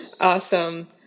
Awesome